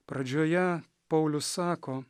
pradžioje paulius sako